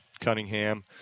Cunningham